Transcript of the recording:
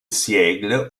seigle